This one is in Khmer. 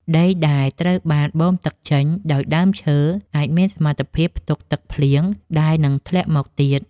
ដីដែលត្រូវបានបូមទឹកចេញដោយដើមឈើអាចមានសមត្ថភាពផ្ទុកទឹកភ្លៀងដែលនឹងធ្លាក់មកទៀត។